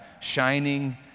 shining